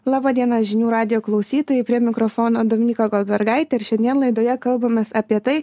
laba diena žinių radijo klausytojai prie mikrofono dominika goldbergaitė ir šiandien laidoje kalbamės apie tai